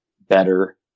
better